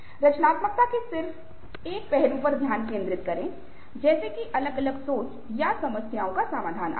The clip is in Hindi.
रचनात्मकता के सिर्फ एक पहलू पर ध्यान केंद्रित करें जैसे कि अलग अलग सोच या समस्याओं का समाधान आदि